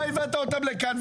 אתה הבאת אותם לכאן,